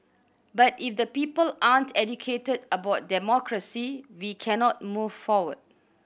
but if the people aren't educated about democracy we cannot move forward